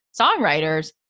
songwriters